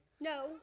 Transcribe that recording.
No